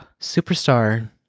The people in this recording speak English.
Superstar